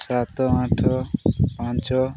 ସାତ ଆଠ ପାଞ୍ଚ